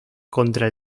contra